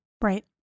Right